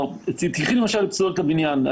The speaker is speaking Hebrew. תקחי למשל את פסולת הבניין.